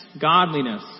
godliness